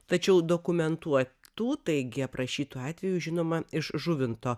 tačiau dokumentuotų taigi aprašytų atvejų žinoma iš žuvinto